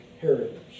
heritage